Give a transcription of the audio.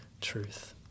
truth